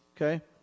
Okay